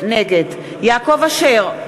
נגד יעקב אשר,